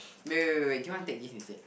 wait wait wait wait do you want take this instead